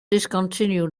discontinued